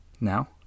Now